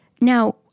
now